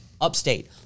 upstate